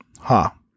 Ha